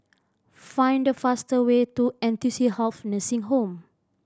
find the fast way to N T C Health Nursing Home